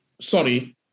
sorry